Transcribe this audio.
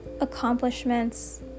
accomplishments